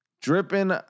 dripping